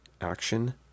action